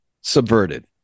subverted